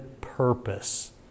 purpose